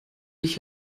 ich